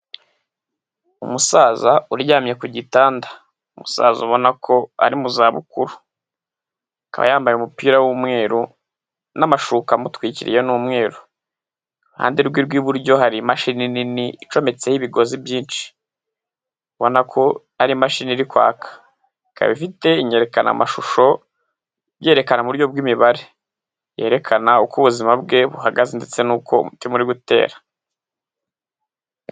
Umusaza uryamye ku gitanda, umusaza ubona ko ari mu zabukuru. Akaba yambaye umupira w'umweru n'amashuka amutwikiriye ni umweru. Iruhande rwe rw'iburyo hari imashini nini icometseho ibigozi byinshi, ubona ko ari imashini iri kwaka. Ikaba ifite inyerekanamashusho ibyerekana mu buryo bw'imibare, yerekana uko ubuzima bwe buhagaze ndetse nuko umutima uri gutera.